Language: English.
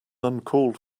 uncalled